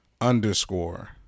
underscore